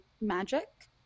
magic